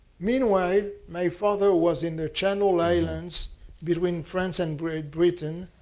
meanwhile, my father was in the channel islands between france and great britain.